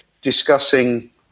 discussing –